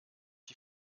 die